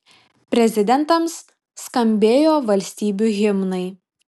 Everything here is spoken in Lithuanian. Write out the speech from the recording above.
prezidentams skambėjo valstybių himnai